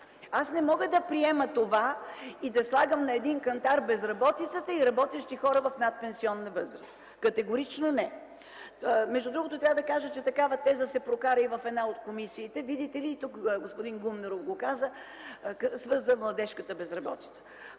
Аз не мога да приема да слагам на един кантар безработицата и работещи хора в надпенсионна възраст. Категорично не! Между другото, такава теза се прокара и в една от комисиите. Тук господин Гумнеров го каза – свърза младежката безработица.